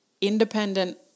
independent